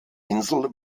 insel